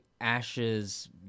ashes